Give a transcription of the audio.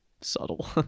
subtle